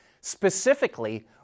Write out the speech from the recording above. Specifically